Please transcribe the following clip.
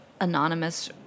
anonymous